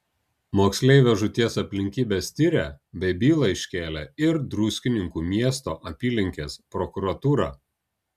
moksleivio žūties aplinkybes tiria bei bylą iškėlė ir druskininkų miesto apylinkės prokuratūra